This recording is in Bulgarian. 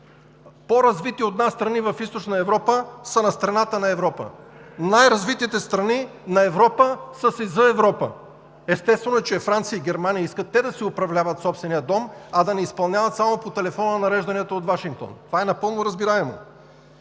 По-развити от нас страни в Източна Европа са на страната на Европа. Най-развитите страни на Европа са си за Европа. Естествено е, че Франция и Германия искат те да си управляват собствения дом, а да не изпълняват само по телефона нарежданията от Вашингтон. Това е напълно разбираемо.